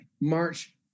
March